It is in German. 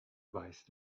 weißt